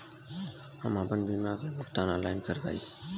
हम आपन बीमा क भुगतान ऑनलाइन कर पाईब?